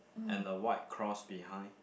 and a white cross behind